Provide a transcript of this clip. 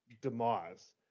demise